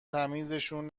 تمیزشون